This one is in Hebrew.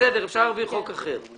בסדר, אפשר להביא חוק אחר.